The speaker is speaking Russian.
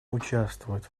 участвовать